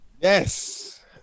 yes